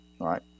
Right